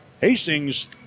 Hastings